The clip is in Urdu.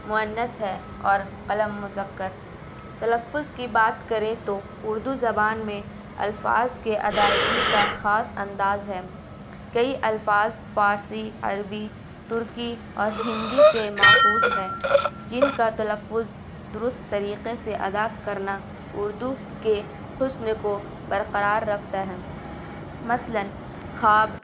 مؤنث ہے اور قلم مذکر تلفظ کی بات کریں تو اردو زبان میں الفاظ کے ادائیگی کا خاص انداز ہے کئی الفاظ فارسی عربی ترکی اور ہندی سے ماخوذ ہیں جن کا تلفظ درست طریقے سے ادا کرنا اردو کے حسن کو برقرار رکھتا ہے مثلاً خواب